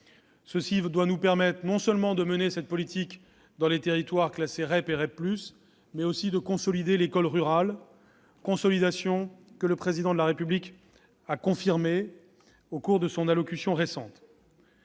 mesure doit nous permettre non seulement de mener cette politique dans les territoires classés REP et REP+, mais également de consolider l'école rurale, une consolidation que le Président de la République a confirmée au cours de sa récente